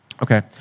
Okay